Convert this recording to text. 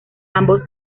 ambos